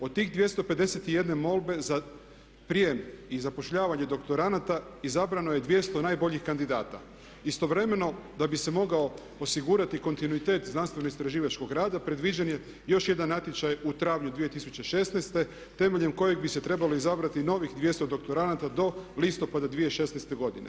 Od tih 251 molbe za prijem i zapošljavanje doktoranata izabrano je 200 najboljih kandidata. istovremeno da bi se mogao osigurati kontinuitet znanstveno-istraživačkog rada predviđen je još jedan natječaj u travnju 2016. temeljem kojeg bi se trebalo izabrati novih 200 doktoranata do listopada 2016. godine.